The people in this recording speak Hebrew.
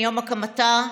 מיום הקמתה,